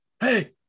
hey